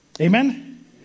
Amen